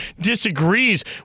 disagrees